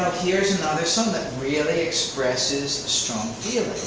here's another song that really expresses strong